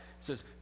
says